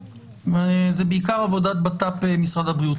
זו בעיקר עבודת בט"פ ומשרד הבריאות.